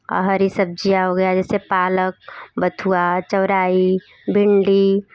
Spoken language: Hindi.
हरी सब्ज़ियाँ हो गई जैसे पालक बथुआ चौराई भिंडी